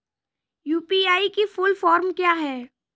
UPI की full form क्या है?